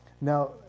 Now